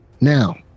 now